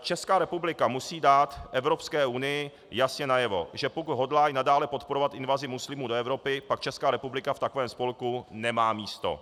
Česká republika musí dát Evropské unii jasně najevo, že pokud hodlá i nadále podporovat invazi muslimů do Evropy, pak Česká republika v takovém spolku nemá místo.